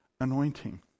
anointing